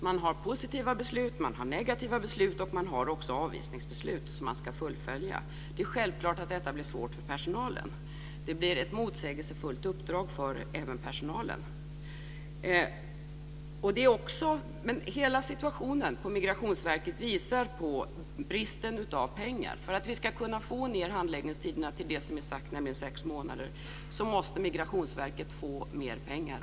Man har positiva beslut, man har negativa beslut, och man har också avvisningsbeslut som man ska fullfölja. Det är självklart att detta blir svårt för personalen. Det blir ett motsägelsefullt uppdrag även för personalen. Hela situationen på Migrationsverket visar på bristen på pengar. För att vi ska kunna minska handläggningstiderna till det som är sagt, nämligen sex månader, så måste Migrationsverket få mer pengar.